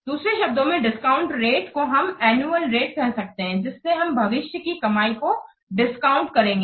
दूसरे शब्दों में डिस्काउंट रेटको हम एनुअल रेट कह सकते हैं जिससे हम भविष्य की कमाई को डिस्काउंट करेंगे